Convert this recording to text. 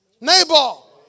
Nabal